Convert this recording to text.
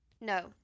No